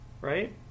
right